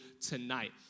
tonight